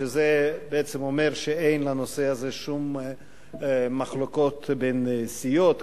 שזה בעצם אומר שאין בנושא הזה שום מחלוקות בין סיעות,